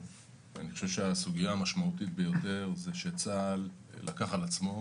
הסוגיה המשמעותית ביותר זה שצה"ל לקח על עצמו